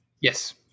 Yes